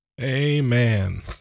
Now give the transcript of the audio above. Amen